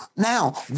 Now